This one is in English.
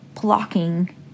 blocking